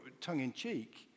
tongue-in-cheek